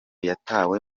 yatawe